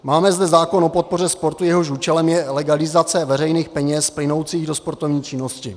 Máme zde zákon o podpoře sportu, jehož účelem je legalizace veřejných peněz plynoucích do sportovní činnosti.